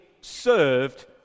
served